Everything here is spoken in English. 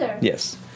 yes